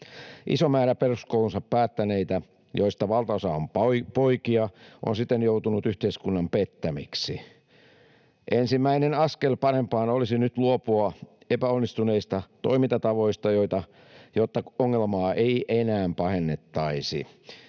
Iso määrä peruskoulunsa päättäneitä, joista valtaosa on poikia, on siten joutunut yhteiskunnan pettämiksi. Ensimmäinen askel parempaan olisi nyt luopua epäonnistuneista toimintatavoista, jotta ongelmaa ei enää pahennettaisi.